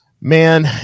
man